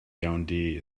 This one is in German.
yaoundé